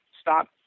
stop